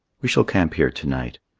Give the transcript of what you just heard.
we shall camp here to-night.